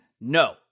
No